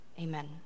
amen